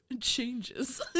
changes